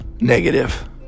negative